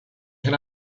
can